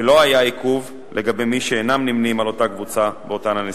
ולא היה עיכוב לגבי מי שאינם נמנים עם אותה קבוצה באותן הנסיבות.